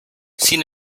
sin